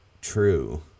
true